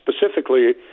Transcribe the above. specifically